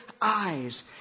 eyes